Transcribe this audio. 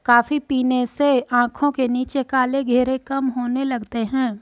coffee पीने से आंखों के नीचे काले घेरे कम होने लगते हैं